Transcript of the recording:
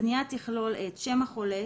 הפניה תכלול את שם החולה,